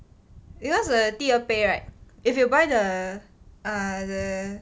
because the 第二杯 right if you buy the err the